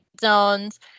zones